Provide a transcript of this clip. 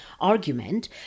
argument